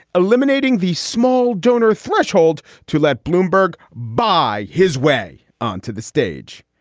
eliminating the small donor threshold to let bloomberg buy his way onto the stage.